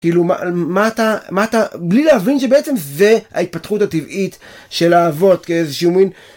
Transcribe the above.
כאילו מה אתה אתה... בלי להבין שבעצם זה ההתפתחות הטבעית של האבות כאיזשהו מין...